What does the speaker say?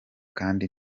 kandi